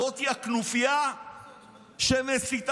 זאת הכנופיה שמסיתה,